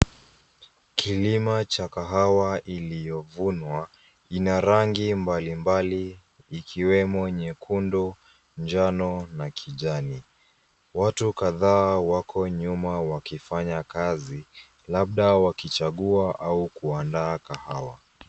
Kilima cha kahawa iliyovunwa ina rangi mbalimbali ikiwemo nyekundu, njano na kijani. Watu kadhaa wako nyuma wakifanya kazi labda wakichagua au kuandaa kahawa.